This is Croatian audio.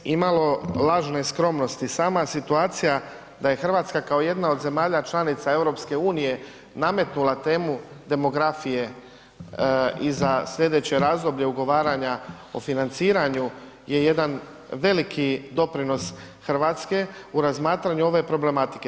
Pa bez imalo lažne skromnosti sama situacija da je Hrvatska kao jedna od zemalja članica EU nametnula temu demografije i za slijedeće razdoblje ugovaranja o financiranju je jedan veliki doprinos Hrvatske u razmatranju ove problematike.